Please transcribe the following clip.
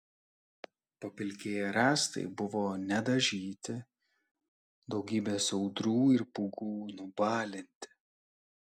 papilkėję rąstai buvo nedažyti daugybės audrų ir pūgų nubalinti